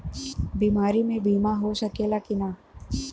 बीमारी मे बीमा हो सकेला कि ना?